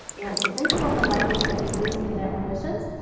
yeah so think about the language that they use in their own missions.